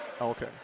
Okay